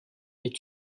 est